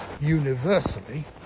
universally